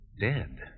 Dead